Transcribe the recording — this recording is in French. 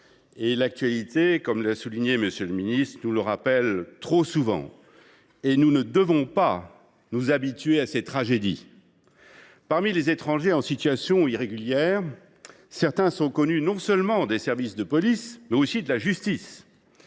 un danger avéré. L’actualité nous le rappelle trop souvent, et nous ne devons pas nous habituer à ces tragédies. Parmi les étrangers en situation irrégulière, certains sont connus non seulement des services de police, mais aussi de la justice.